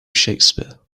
shakespeare